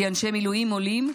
כי אנשי מילואים עולים,